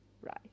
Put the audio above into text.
right